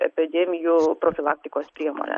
epidemijų profilaktikos priemones